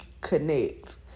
connect